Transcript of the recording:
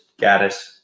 Gaddis